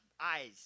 eyes